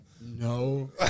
no